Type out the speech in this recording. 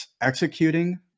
executing